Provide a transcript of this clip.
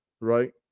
right